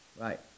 Right